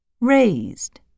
Raised